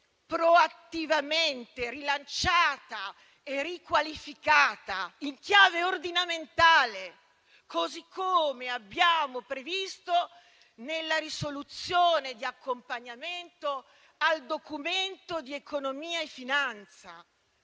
proattivamente rilanciata e riqualificata in chiave ordinamentale, così come abbiamo previsto nella risoluzione di accompagnamento al Documento di economia e finanza,